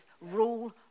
rule